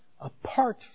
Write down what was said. apart